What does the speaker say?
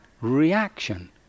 reaction